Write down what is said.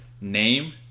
Name